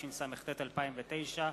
התשס"ט 2009,